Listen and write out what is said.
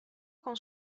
con